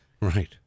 Right